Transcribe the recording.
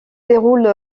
déroule